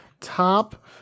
top